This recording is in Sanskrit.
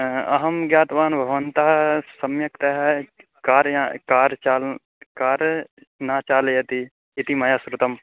आ अहं ज्ञातवान् भवन्तः सम्यक्तया कार्यानं कार्चालनं कार् न चालयति इति मया श्रुतम्